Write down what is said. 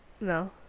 no